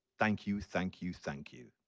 thank you, thank you, thank you.